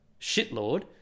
shitlord